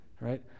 right